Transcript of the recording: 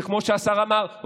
שכמו שהשר אמר,